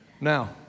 Now